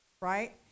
right